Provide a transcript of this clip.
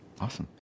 Awesome